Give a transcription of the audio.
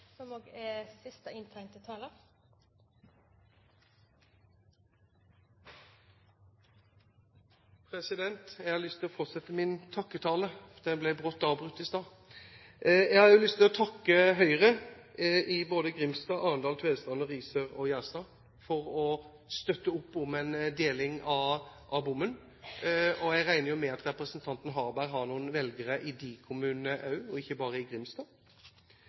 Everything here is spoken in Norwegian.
Jeg har lyst til å fortsette min takketale. Den ble brått avbrutt i stad. Jeg har lyst til å takke Høyre i både Grimstad, Arendal, Tvedestrand, Risør og Gjerstad for å støtte opp om en deling av bommen. Jeg regner jo med at representanten Harberg har noen velgere i de kommunene også, og ikke bare i Grimstad.